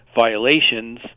violations